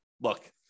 look